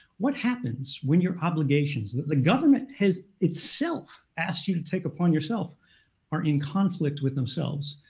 what happens when your obligations that the government has itself asked you to take upon yourself are in conflict with themselves?